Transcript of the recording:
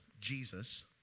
Jesus